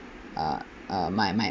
uh uh my my